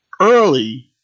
early